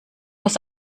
muss